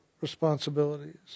responsibilities